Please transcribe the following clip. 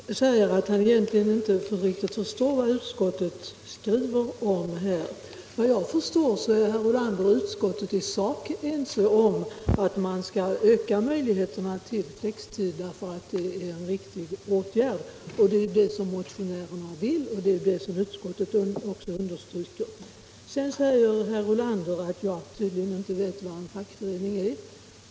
Herr talman! Herr Ulander säger att han egentligen inte riktigt förstår vad utskottet skriver här. Vad jag kan förstå är herr Ulander och utskottet i sak ense om att man skall öka möjligheterna till flextider eftersom det är en riktig åtgärd. Det vill också motionärerna och det är det utskottet också understryker. Sedan säger herr Ulander att jag tydligen inte vet vad en fackförening är.